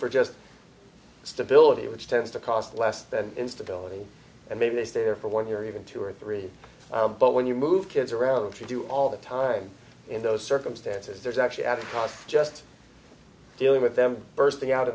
for just stability which tends to cost less than instability and maybe they stay there for one year or even two or three but when you move kids around to do all the time in those circumstances there's actually at a time just dealing with them bursting out